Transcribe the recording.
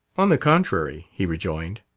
on the contrary, he rejoined,